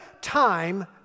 time